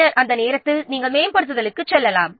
பின்னர் அந்த நேரத்தில் நீங்கள் மேம்படுத்தலுக்கு செல்லலாம்